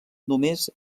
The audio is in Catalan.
només